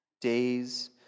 days